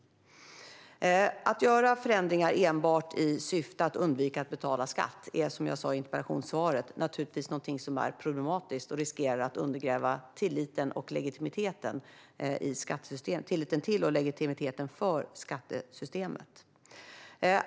Att göra förändringar enbart i syfte att undvika att betala skatt är, som jag sa i interpellationssvaret, naturligtvis problematiskt och riskerar att undergräva tilliten till och legitimiteten för skattesystemet.